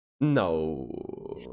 No